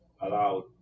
allowed